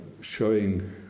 showing